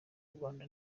rwanda